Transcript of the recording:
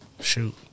Shoot